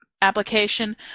application